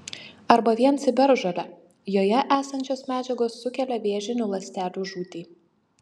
arba vien ciberžole joje esančios medžiagos sukelia vėžinių ląstelių žūtį